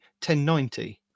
1090